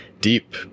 deep